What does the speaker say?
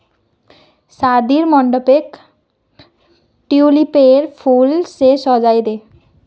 शादीर मंडपक ट्यूलिपेर फूल स सजइ दे